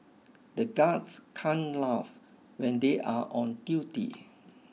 the guards can't laugh when they are on duty